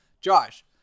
Josh